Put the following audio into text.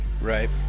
right